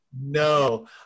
No